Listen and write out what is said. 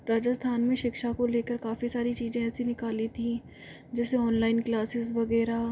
राजस्थान में शिक्षा को लेकर काफ़ी सारी चीज़े ऐसी निकाली थी जैसे ऑनलाइन क्लासेस वगैरह